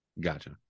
Gotcha